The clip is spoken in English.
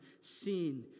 sin